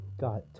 Got